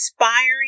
inspiring